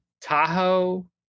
Tahoe